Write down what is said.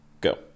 Go